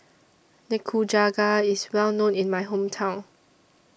Nikujaga IS Well known in My Hometown